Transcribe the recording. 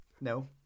no